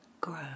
grow